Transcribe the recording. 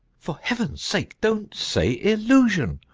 for heaven's sake, don't say illusion.